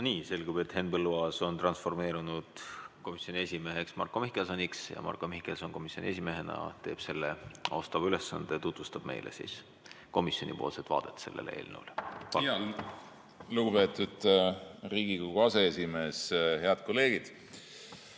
selgub, et Henn Põlluaas on transformeerunud komisjoni esimeheks Marko Mihkelsoniks ja Marko Mihkelson komisjoni esimehena täidab selle austava ülesande ja tutvustab meile komisjonipoolset vaadet sellele eelnõule. Lugupeetud Riigikogu aseesimees! Head kolleegid!